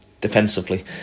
defensively